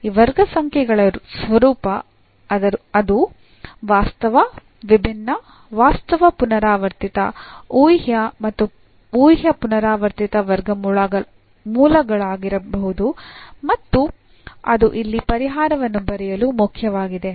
ಈ ವರ್ಗ ಸಂಖ್ಯೆಗಳ ಸ್ವರೂಪ ಅದು ವಾಸ್ತವ ವಿಭಿನ್ನ ವಾಸ್ತವ ಪುನರಾವರ್ತಿತ ಊಹ್ಯ ಅಥವಾ ಊಹ್ಯ ಪುನರಾವರ್ತಿತ ವರ್ಗಮೂಲಗಳಾಗಿರಬಹುದು ಮತ್ತು ಅದು ಇಲ್ಲಿ ಪರಿಹಾರವನ್ನು ಬರೆಯಲು ಮುಖ್ಯವಾಗಿದೆ